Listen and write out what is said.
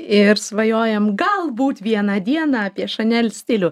ir svajojam galbūt vieną dieną apie chanel stilių